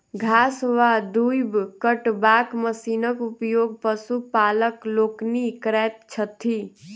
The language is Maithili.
घास वा दूइब कटबाक मशीनक उपयोग पशुपालक लोकनि करैत छथि